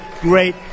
great